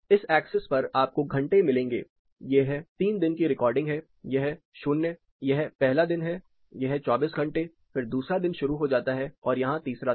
इस एक्सिस पर आपको घंटे मिलेंगे यह 3 दिन की रिकॉर्डिंग है यह 0 यह पहला दिन है यह 24 घंटे फिर दूसरा दिन शुरू हो जाता है और यहां तीसरा दिन